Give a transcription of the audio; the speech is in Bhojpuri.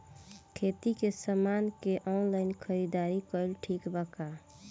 खेती के समान के ऑनलाइन खरीदारी कइल ठीक बा का?